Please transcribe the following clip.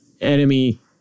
enemy